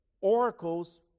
oracles